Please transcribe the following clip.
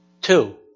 Two